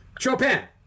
Chopin